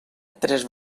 tres